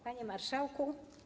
Panie Marszałku!